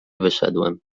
wyszedłem